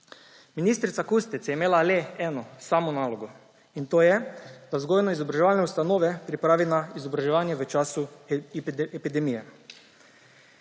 Ministrica Kustec je imela eno samo nalogo, in to je, da vzgojno-izobraževalne ustanove pripravi na izobraževanje v času epidemije,